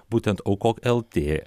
būtent aukok lt